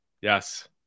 Yes